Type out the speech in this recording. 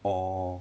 orh